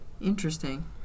Interesting